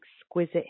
exquisite